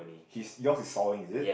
he's your's is sawing is it